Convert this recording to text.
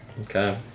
Okay